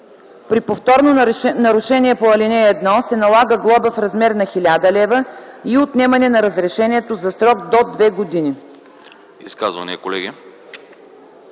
При повторно нарушение по ал. 1 се налага глоба в размер на 1000 лв. и отнемане на разрешението за срок до 2 години.”